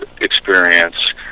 experience